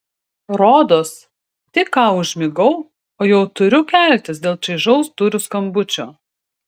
rodos tik ką užmigau o jau turiu keltis dėl čaižaus durų skambučio